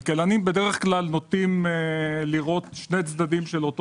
כלכלנים בדרך כלל נוטים לראות שני צדדים של אותו